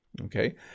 okay